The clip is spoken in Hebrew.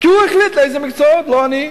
הוא החליט לאיזה מקצועות, לא אני.